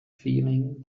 feeling